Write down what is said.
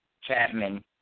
Chapman